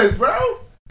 bro